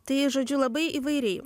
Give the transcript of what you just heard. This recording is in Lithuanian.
tai žodžiu labai įvairiai